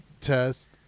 test